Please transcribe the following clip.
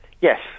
Yes